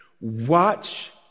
Watch